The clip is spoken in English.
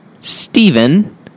Steven